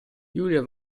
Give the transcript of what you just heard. julia